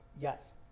Yes